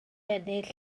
ennill